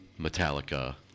Metallica